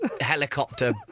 helicopter